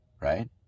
right